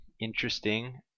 interesting